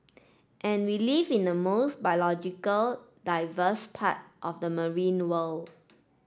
and we live in the most biological diverse part of the marine world